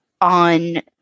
on